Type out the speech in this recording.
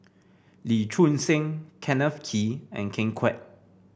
Lee Choon Seng Kenneth Kee and Ken Kwek